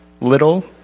little